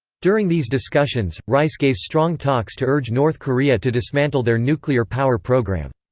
during these discussions, rice gave strong talks to urge north korea to dismantle their nuclear power program.